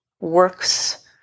works